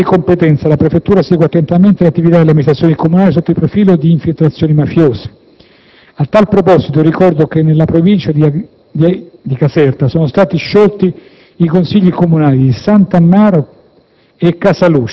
Per la parte di competenza, la Prefettura segue attentamente le attività delle amministrazioni comunali sotto il profilo del pericolo di infiltrazioni mafiose. A tale proposito, ricordo che nella Provincia di Caserta sono stati sciolti i consigli comunali di San Tammaro